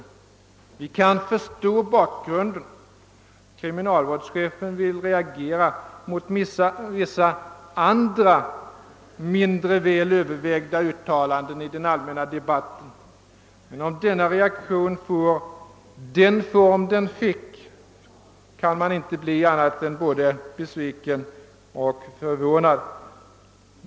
Jag kan förstå bakgrunden, kriminalvårdschefen ville reagera mot vissa andra, mindre väl övervägda uttalanden i den allmänna debatten. Men när denna reaktion får sådan form som den fick kan man inte bli annat än besviken och förvånad.